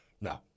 No